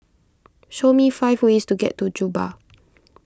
show me five ways to get to Juba